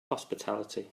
hospitality